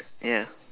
ya